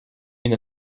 une